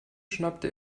schnappte